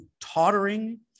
tottering